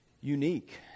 unique